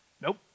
Nope